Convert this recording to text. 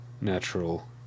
Natural